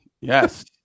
yes